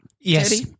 Yes